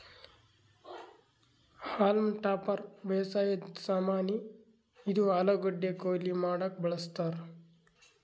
haulm topper ಬೇಸಾಯದ್ ಸಾಮಾನಿ, ಇದು ಆಲೂಗಡ್ಡಿ ಕೊಯ್ಲಿ ಮಾಡಕ್ಕ್ ಬಳಸ್ತಾರ್